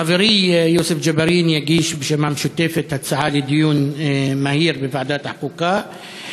חברי יוסף ג'בארין יגיש בשם המשותפת הצעה לדיון מהיר בוועדת החוקה.